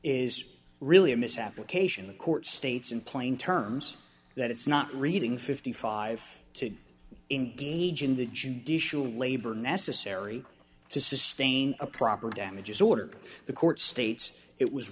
is really a misapplication the court states in plain terms that it's not reading fifty five to engage in the judicial labor necessary to sustain a proper damages order the court states it was